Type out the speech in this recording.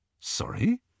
Sorry